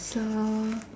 so